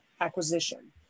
acquisition